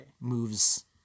moves